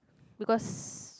because